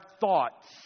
thoughts